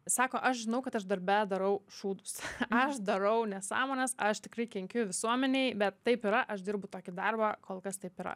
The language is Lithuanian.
sako aš žinau kad aš darbe darau šūdus aš darau nesąmones aš tikrai kenkiu visuomenei bet taip yra aš dirbu tokį darbą kol kas taip yra